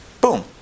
boom